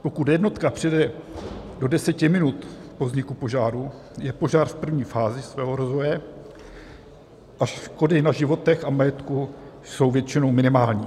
Pokud jednotka přijede do deseti minut po vzniku požáru, je požár v první fázi svého rozvoje a škody na životech a majetku jsou většinou minimální.